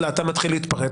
הממשלה היא כל יכולה,